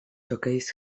jockeys